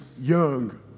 young